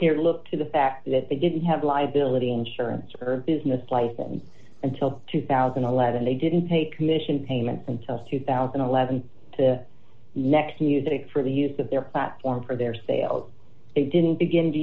here look to the fact that they didn't have liability insurance or business license until two thousand and eleven they didn't pay commission payments until two thousand and eleven to next music for the use of their platform for their sales it didn't begin to